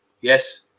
yes